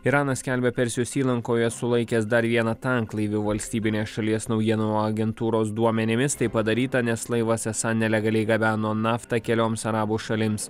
iranas skelbia persijos įlankoje sulaikęs dar vieną tanklaivį valstybinės šalies naujienų agentūros duomenimis tai padaryta nes laivas esą nelegaliai gabeno naftą kelioms arabų šalims